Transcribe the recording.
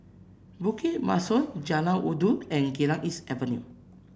Bukit Mugliston Jalan Rindu and Geylang East Avenue